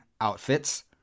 outfits